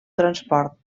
transport